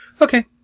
Okay